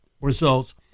results